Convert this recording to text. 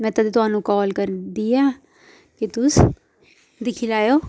में तदें तुआनू काल करने दी कि तुस दिक्खी लैएओ